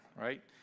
right